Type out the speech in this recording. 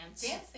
dancing